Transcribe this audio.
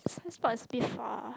business park is a bit far